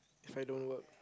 if I don't work